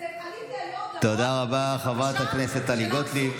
תודה רבה, חברת הכנסת טלי גוטליב.